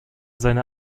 seine